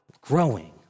growing